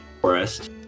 forest